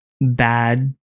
bad